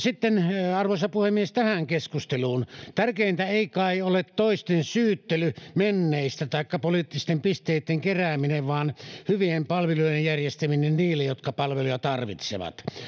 sitten arvoisa puhemies tähän keskusteluun tärkeintä ei kai ole toisten syyttely menneistä taikka poliittisten pisteitten kerääminen vaan hyvien palvelujen järjestäminen niille jotka palveluja tarvitsevat